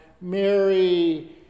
mary